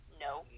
No